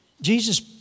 Jesus